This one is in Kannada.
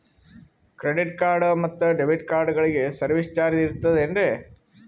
ಕ್ರೆಡಿಟ್ ಕಾರ್ಡ್ ಮತ್ತು ಡೆಬಿಟ್ ಕಾರ್ಡಗಳಿಗೆ ಸರ್ವಿಸ್ ಚಾರ್ಜ್ ಇರುತೇನ್ರಿ?